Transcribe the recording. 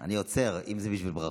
אני עוצר, אם זה בשביל ברכות.